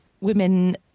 women